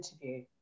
interview